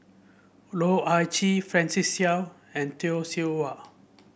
Loh Ah Chee Francis Seow and Tay Seow Huah